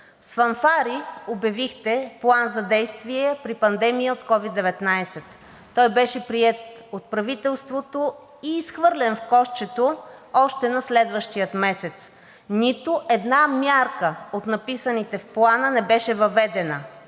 С фанфари обявихте План за действие при пандемия от COVID-19. Той беше приет от правителството и изхвърлен в кошчето още на следващия месец. Нито една мярка от написаните в Плана не беше въведена,